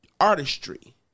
artistry